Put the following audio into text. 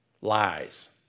Lies